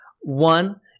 one